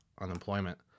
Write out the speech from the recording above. unemployment